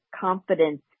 confidence